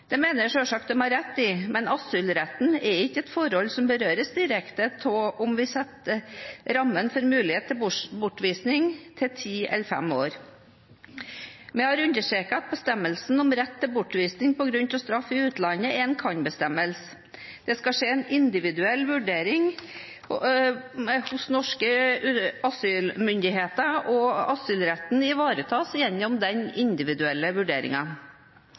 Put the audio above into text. Det mener jeg selvsagt de har rett i, men asylretten er ikke et forhold som berøres direkte av om vi setter rammen for mulighet til bortvisning til ti eller fem år. Vi har understreket at bestemmelsen om rett til bortvisning på grunn av straff i utlandet er en kan-bestemmelse. Det skal skje en individuell vurdering hos norske myndigheter, og asylretten ivaretas gjennom den individuelle